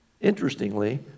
Interestingly